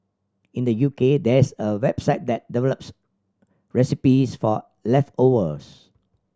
in the U K there's a website that develops recipes for leftovers